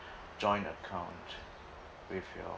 joint account with your